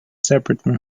separated